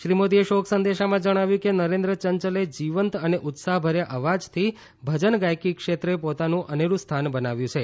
શ્રી મોદીએ શોક સંદેશામાં જણાવ્યું કે નરેન્દ્ર ચંચલે જીવંત અને ઉત્સાહભર્યા અવાજથી ભજન ગાયકી ક્ષેત્રે પોતાનું અનેરૂ સ્થાન બનાવ્યું છે